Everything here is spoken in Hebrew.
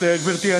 גברתי,